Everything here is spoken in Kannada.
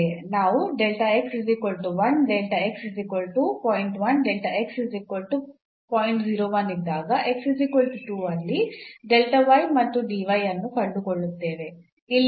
ನಾವು ಇದ್ದಾಗ ಅಲ್ಲಿ ಮತ್ತು ಅನ್ನು ಕಂಡುಕೊಳ್ಳುತ್ತೇವೆ